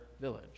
village